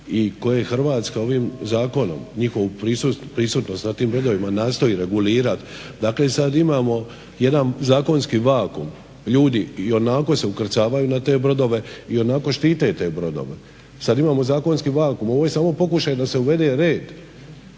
i koje Hrvatska ovim zakonom, njihovu prisutnost na tim redovima nastoji regulirat. Dakle sad imamo jedan zakonski vakum, ljudi se i onako ukrcavaju na te brodove, ionako štite te brodove. Sad imamo zakonski vakum, ovo je samo pokušaj da se uvede red